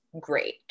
great